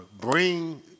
bring